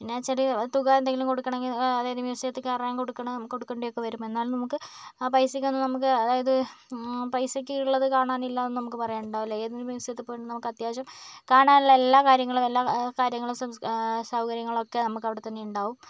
പിന്നെ ചെറിയ തുക എന്തെങ്കിലും കൊടുക്കണമെങ്കിൽ അതായത് മ്യൂസിയത്തിൽ കയറാൻ കൊടുക്കണ കൊടുക്കേണ്ടിയൊക്കെ വരും എന്നാലും നമുക്ക് ആ പൈസയ്ക്ക് ഒന്നും നമുക്ക് അതായത് ആ പൈസയ്ക്ക് ഉള്ളത് കാണാനില്ല എന്ന് നമുക്ക് പറയാൻ ഉണ്ടാവില്ല ഏതൊരു മ്യൂസിയത്തിൽ പോയിട്ടുണ്ടെങ്കിലും നമുക്ക് അത്യാവശ്യം കാണാനുള്ള എല്ലാ കാര്യങ്ങളും എല്ലാ കാര്യങ്ങളും സൗകര്യങ്ങളും ഒക്കെ നമുക്ക് അവിടെ തന്നെ ഉണ്ടാകും